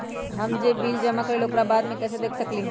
हम जे बिल जमा करईले ओकरा बाद में कैसे देख सकलि ह?